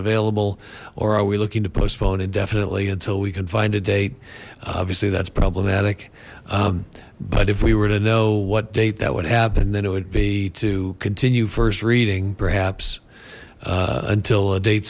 available or are we looking to postpone indefinitely until we can find a date obviously that's problematic but if we were to know what date that would happen then it would be to continue first reading perhaps until a date